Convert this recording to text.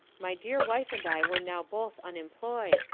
my dear wife and i were now both unemployed,